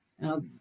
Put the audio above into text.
Now